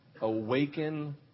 Awaken